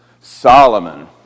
Solomon